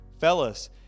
Fellas